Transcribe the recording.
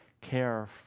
care